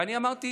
ואני אמרתי